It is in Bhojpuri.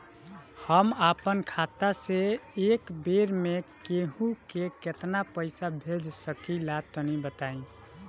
हम आपन खाता से एक बेर मे केंहू के केतना पईसा भेज सकिला तनि बताईं?